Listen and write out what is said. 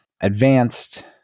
advanced